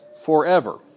forever